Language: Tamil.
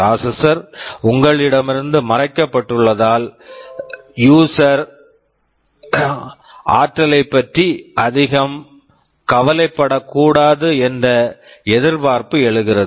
ப்ராசெஸஸர் processor உங்களிடமிருந்து மறைக்கப்பட்டுள்ளதால் யூஸர் user ஆற்றலைப் பற்றி அதிகம் கவலைப்படக்கூடாது என்று எதிர்பார்ப்பு எழுகிறது